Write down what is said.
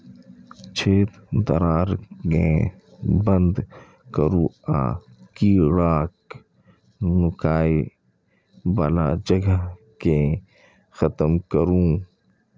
छेद, दरार कें बंद करू आ कीड़ाक नुकाय बला जगह कें खत्म करू